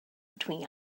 between